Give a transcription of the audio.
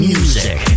Music